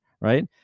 Right